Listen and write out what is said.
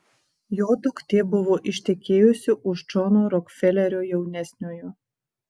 jo duktė buvo ištekėjusi už džono rokfelerio jaunesniojo